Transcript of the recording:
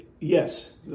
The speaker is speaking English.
Yes